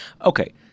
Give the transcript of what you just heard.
Okay